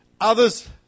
Others